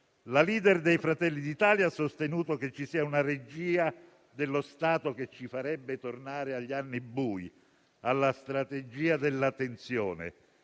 La *leader* di Fratelli d'Italia ha sostenuto che ci sia una regia dello Stato che ci farebbe tornare agli anni bui, alla strategia della tensione,